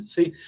See